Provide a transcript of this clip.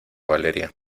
valeria